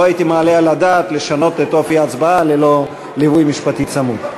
לא הייתי מעלה על הדעת לשנות את אופי ההצבעה ללא ליווי משפטי צמוד.